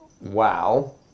wow